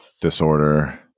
disorder